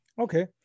Okay